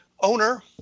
owner